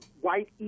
white